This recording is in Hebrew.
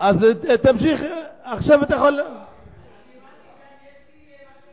אז תמשיך, עכשיו אתה יכול, אני הבנתי שיש לי מה,